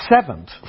seventh